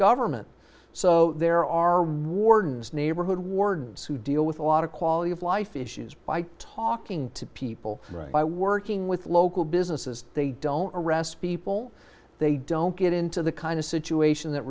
government so there are wardens neighborhood wardens who deal with a lot of quality of life issues by talking to people right by working with local businesses they don't arrest people they don't get into the kind of situation that